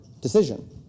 decision